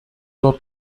dort